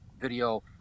video